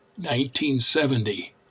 1970